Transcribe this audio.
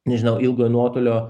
nežinau ilgojo nuotolio